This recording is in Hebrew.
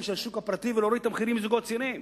של השוק הפרטי ולהוריד את המחירים לזוגות צעירים.